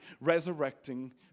resurrecting